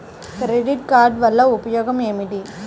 Credit card వల్ల ఉపయోగం ఏమిటీ?